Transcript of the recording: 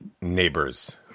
neighbors